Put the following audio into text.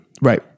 Right